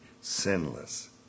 sinless